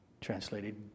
translated